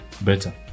better